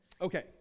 Okay